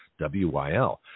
wyl